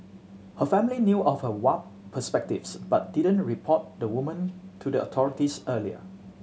her family knew of her warped perspectives but didn't report the woman to the authorities earlier